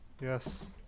Yes